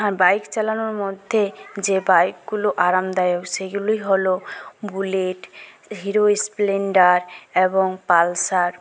bike চালানোর মধ্যে যে বাইকগুলো আরামদায়ক সেগুলি হল বুলেট হিরো স্পেলেন্ডার এবং পালসার